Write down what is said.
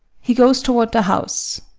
he goes toward the house.